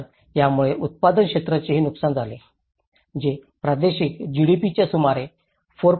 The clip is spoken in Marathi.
तर यामुळे उत्पादक क्षेत्राचेही नुकसान झाले आहे जे प्रादेशिक जीडीपीच्या सुमारे 4